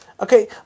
okay